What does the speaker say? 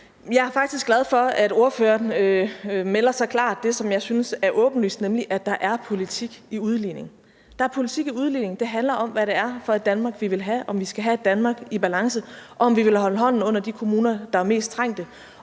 Jeg er faktisk glad for, at ordføreren kommer med så klar en melding om det, som jeg synes er åbenlyst, nemlig at der er politik i udligning. Der er politik i udligning, for det handler om, hvad det er for et Danmark, vi vil have. Det handler om, om vi skal have et Danmark i balance, og om vi vil holde hånden under de kommuner, der er mest trængte